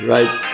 Right